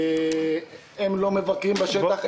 הם לא מבקרים בשטח.